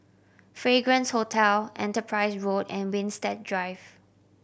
Fragrance Hotel Enterprise Road and Winstedt Drive